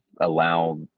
allow